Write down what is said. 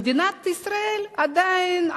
מדינת ישראל עדיין,